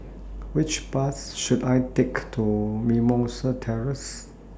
Which Bus should I Take to Mimosa Terrace